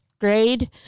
grade